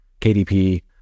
KDP